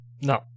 No